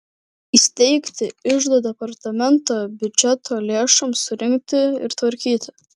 įsteigti iždo departamentą biudžeto lėšoms surinkti ir tvarkyti